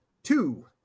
Two